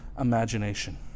imagination